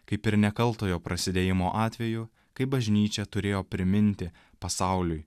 kaip ir nekaltojo prasidėjimo atveju kai bažnyčia turėjo priminti pasauliui